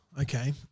Okay